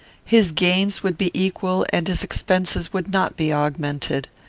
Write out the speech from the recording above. his gains would be equal, and his expenses would not be augmented.